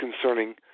concerning